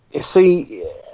See